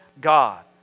God